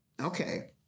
Okay